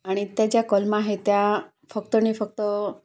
आणि त्या ज्या कलमा आहे त्या फक्त आणि फक्त